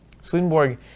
Swedenborg